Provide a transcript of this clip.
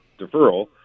deferral